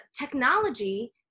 technology